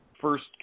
first